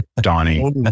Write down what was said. Donnie